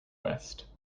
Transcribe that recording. west